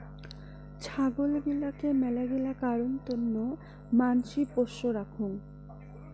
ছাগল গিলাকে মেলাগিলা কারণ তন্ন মানসি পোষ্য রাখঙ